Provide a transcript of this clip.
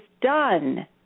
done